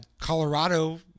Colorado